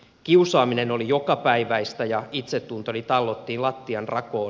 kiusaaminen oli jokapäiväistä ja itsetuntoni tallottiin lattianrakoon